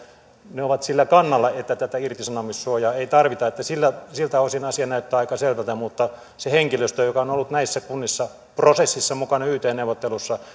ne ovat sillä kannalla että tätä irtisanomissuojaa ei tarvita siltä osin asia näyttää aika selvältä mutta sillä henkilöstöllä joka on ollut näissä kunnissa prosessissa mukana yt neuvotteluissa